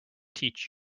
teach